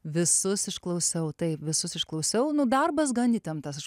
visus išklausau tai visus išklausiau darbas gan įtemptas aš